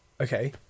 okay